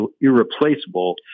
irreplaceable